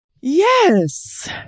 Yes